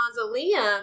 mausoleum